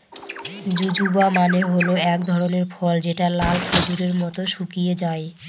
জুজুবা মানে হল এক ধরনের ফল যেটা লাল খেজুরের মত শুকিয়ে যায়